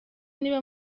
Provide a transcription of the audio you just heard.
niba